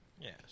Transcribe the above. yes